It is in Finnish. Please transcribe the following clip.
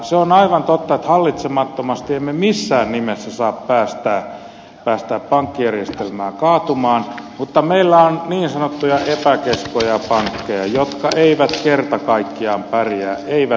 se on aivan totta että hallitsemattomasti emme missään nimessä saa päästää pankkijärjestelmää kaatumaan mutta meillä on niin sanottuja epäkeskoja pankkeja jotka eivät kerta kaikkiaan pärjää eivätkä toimi